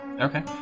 Okay